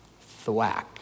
thwack